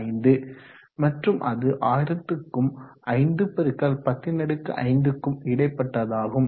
3667×105 மற்றும் அது 1000 க்கும் 5×105 க்கும் இடைப்பட்டதாகும்